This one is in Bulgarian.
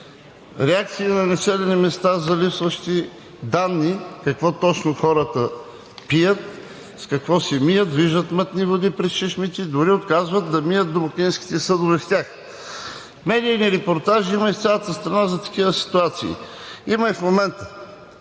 реакции на населени места за липсващи данни – какво точно пият хората, с какво се мият, виждат мътни води през чешмите, дори отказват да мият домакинските съдове с тях. Медийни репортажи има от цялата страна за такива ситуации. Има и в момента.